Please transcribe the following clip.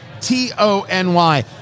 T-O-N-Y